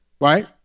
Right